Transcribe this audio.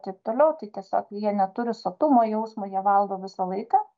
taip toliau tai tiesiog jie neturi sotumo jausmo jie valgo visą laiką